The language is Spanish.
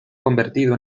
convertido